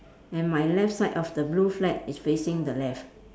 and my left side of the blue flag is facing the left